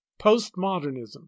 Postmodernism